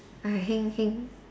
ah heng heng